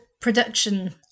production